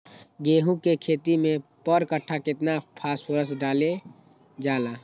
गेंहू के खेती में पर कट्ठा केतना फास्फोरस डाले जाला?